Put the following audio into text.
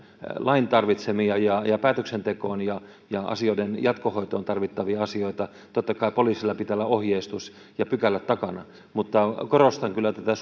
lain tarvitsemia ja ja päätöksentekoon ja ja asioiden jatkohoitoon tarvittavia asioita totta kai poliisilla pitää olla ohjeistus ja pykälät takana mutta korostan kyllä tätä